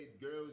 girls